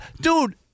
Dude